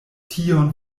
tion